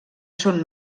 són